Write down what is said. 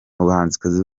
bahanzi